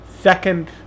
second